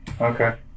Okay